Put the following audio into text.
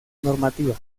normativa